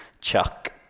Chuck